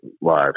live